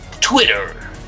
Twitter